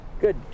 Good